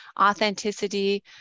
authenticity